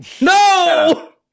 No